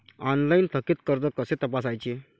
Online थकीत कर्ज कसे तपासायचे?